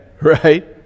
right